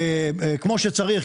כמו שצריך,